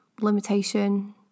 limitation